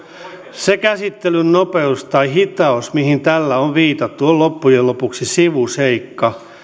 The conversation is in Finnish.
se käsittelyn nopeus tai hitaus mihin tällä on viitattu on loppujen lopuksi sivuseikka